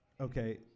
Okay